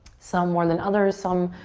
some more than others, some,